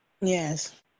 Yes